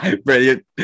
Brilliant